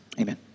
amen